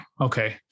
okay